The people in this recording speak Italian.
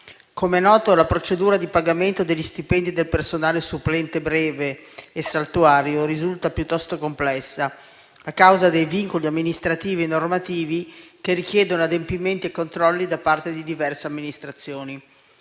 Come è noto, la procedura di pagamento degli stipendi del personale supplente breve e saltuario risulta piuttosto complessa a causa dei vincoli amministrativi e normativi che richiedono adempimenti e controlli da parte di diverse amministrazioni.